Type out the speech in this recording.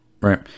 Right